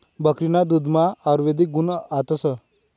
बकरीना दुधमा आयुर्वेदिक गुण रातस